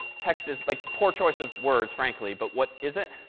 text is like, poor choice of words, frankly, but what is it?